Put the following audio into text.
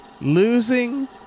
Losing